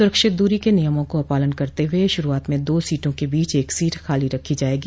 सुरक्षित दूरी के नियमों का पालन करते हुए शुरूआत में दो सीटों के बीच एक सीट खाली रखी जाएगी